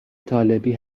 طالبی